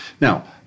Now